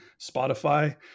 spotify